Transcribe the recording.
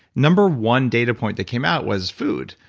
number one data point that came out was food,